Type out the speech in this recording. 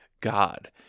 God